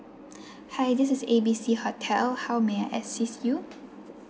hi this is A B C hotel hoy may I assist you